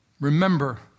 Remember